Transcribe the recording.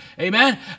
Amen